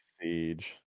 siege